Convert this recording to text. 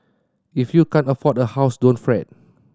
if you can't afford a house don't fret